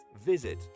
visit